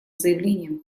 заявлением